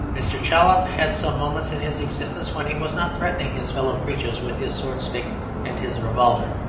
mr. chollop had some moments in his existence when he was not threatening his fellow-creatures with his sword-stick and his revolver.